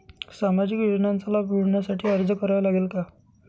सामाजिक योजनांचा लाभ मिळविण्यासाठी अर्ज करावा लागेल का?